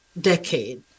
decade